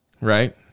right